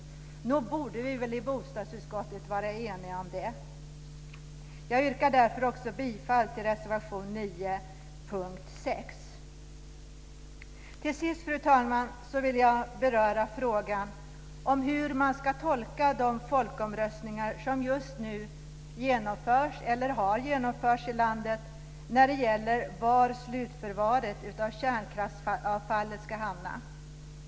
Nog borde vi väl i bostadsutskottet vara eniga om det. Jag yrkar därför också bifall till reservation 9 under punkt 6. Till sist, fru talman, vill jag beröra frågan om hur man ska tolka de folkomröstningar som just nu genomförs eller har genomförts i landet när det gäller var slutförvaret av kärnkraftsavfallet ska hamna.